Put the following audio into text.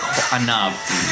enough